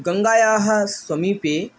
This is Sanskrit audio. गङ्गायाः समीपे